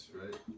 right